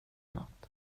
nåt